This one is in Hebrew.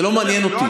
זה לא מעניין אותי.